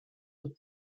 aux